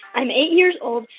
i'm eight years old.